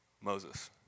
Moses